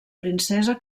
princesa